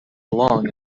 along